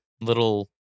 little